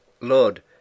Lord